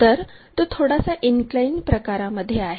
तर तो थोडासा इनक्लाइन प्रकारामध्ये आहे